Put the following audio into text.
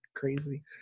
Crazy